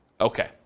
Okay